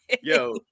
Yo